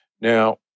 Now